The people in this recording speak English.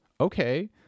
Okay